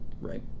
right